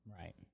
Right